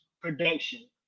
production